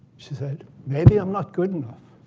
she said maybe i'm not good enough.